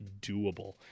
doable